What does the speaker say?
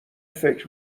فکر